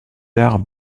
tard